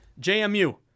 JMU